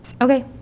okay